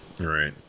Right